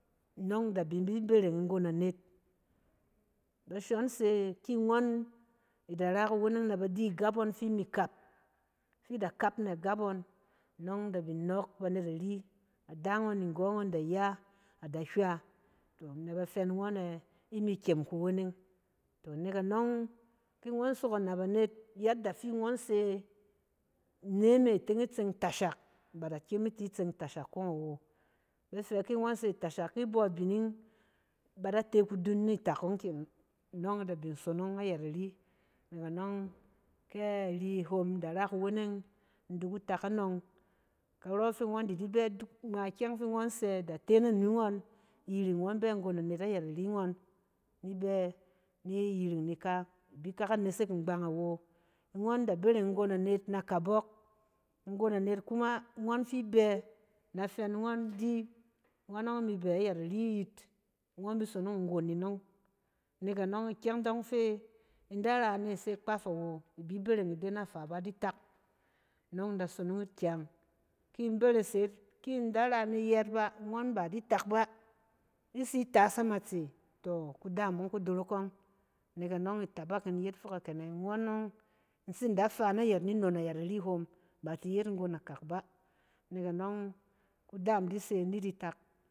Nɔng i da bin bi bereng nggon anet, bashon se ti ngɔn i da ra kuweneng na ba di agap ngɔn fi i mi kap, fi i da kap na agap ngɔn, nɔng da bin nɔɔk banet ari, ada ngɔn ni nggɔ ngɔn da ya, a da hywa, tɔ na ba fɛ ni ngɔn yɛ i mi kyem kuweneng. Nɛk anɔng, ki ngɔn sok anap anet yatda fi ngɔn se neme i teng i tseng tashak, ba da kyem i ti tseng tashak kɔng awo. Ba fɛ ki ngɔn se tashak ki i bɔ abining, ba da te kudung ni tak ɔng kɛnɛ, nɔng i da bin sonong ayɛt ari. Nɛk anɔng, kɛ ari hom da ra kuweneng, in di ku tak anɔng. karɔ fi ngon di di bɛ duk ngma ikyɛng ɔng fi ngɔn sɛ da te nanu ngɔn, yiring ngɔn bɛ nggon anet ayɛt ari ngɔn, ni bɛ ni yiring ni ka, i bi ka ka nesek ngbang awo. Ngɔn da bereng nggon anet na kabɔk. Nggon anet kuma ngɔn fi i bɛ, na fɛ ngɔn, di ngɔn ɔng mi bɛɛ ayɛt ari yit, ngɔn mi sonong nggon in ɔng, nɛk anɔng, ikyɛn dɔng fe in da ra ne i dɔng fɛ i se kpaf awo, i bi bereng ide nafa bá, di tak, nɔng in da sonong yit kyang. Ki in berese yit, ki in da ra ne yɛt ba, ngɔn ba di tak ba, i tsi tas amatse, tɔ! Kudam ɔng ku dorok ɔng. Nɛk anɔng, itabak in yet fok akɛnɛ ingɔn ɔng, in tsi da fa ayɛt ni nnon ayɛt ari hom ba ti yet inon akak bá. Nɛk anɔng, kudam di se ni di tak.